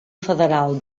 federal